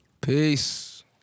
Peace